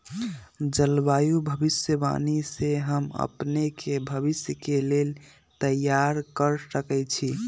जलवायु भविष्यवाणी से हम अपने के भविष्य के लेल तइयार कऽ सकै छी